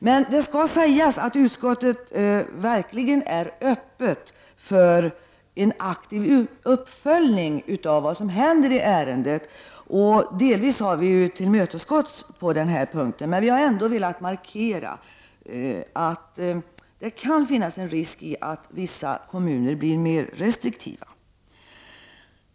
Men det skall sägas att utskottet verkligen är öppet och aktivt följer upp vad som händer i detta ärende. Delvis har våra krav tillmötesgåtts på denna punkt. Vi har ändå velat markera att det kan finnas en risk att vissa kommuner blir mer restriktiva.